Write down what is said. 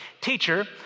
Teacher